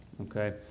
Okay